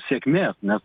sėkmė ne